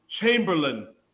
Chamberlain